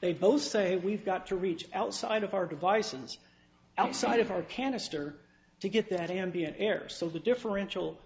they both say we've got to reach outside of our devices outside of our canister to get that ambient air so the differential